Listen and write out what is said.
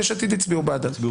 גם יש עתיד הצביעו בעדם.